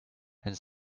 and